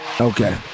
Okay